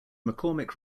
mccormick